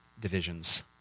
divisions